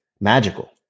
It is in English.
magical